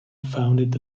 founded